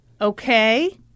Okay